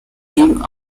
game